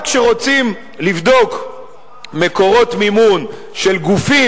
רק כשרוצים לבדוק מקורות מימון של גופים